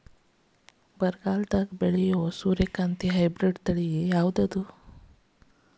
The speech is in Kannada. ಬರದಾಗ ಬೆಳೆಯೋ ಸೂರ್ಯಕಾಂತಿ ಹೈಬ್ರಿಡ್ ತಳಿ ಯಾವುದು?